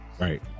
Right